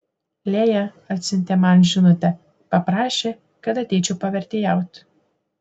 lėja atsiuntė man žinutę paprašė kad ateičiau pavertėjaut